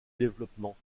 développement